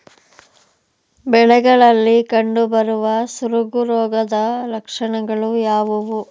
ಬೆಳೆಗಳಲ್ಲಿ ಕಂಡುಬರುವ ಸೊರಗು ರೋಗದ ಲಕ್ಷಣಗಳು ಯಾವುವು?